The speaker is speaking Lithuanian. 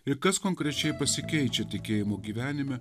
ir kas konkrečiai pasikeičia tikėjimo gyvenime